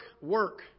work